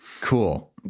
Cool